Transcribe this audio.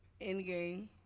Endgame